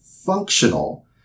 functional